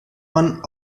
man